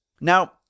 Now